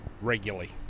regularly